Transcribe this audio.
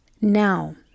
Now